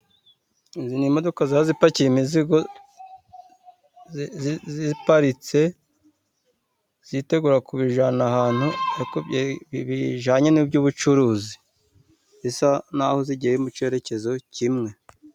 Izi ni imodoka ziba zipakiye imizigo, ziparitse zitegura kubijyana ahantu, bijanye n'iby'ubucuruzi. Zisa n'aho zigiye mu cyerekezo kimwe.